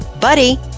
Buddy